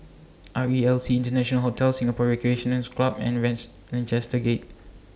R E L C International Hotel Singapore Recreation Club and wins Lancaster Gate